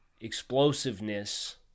explosiveness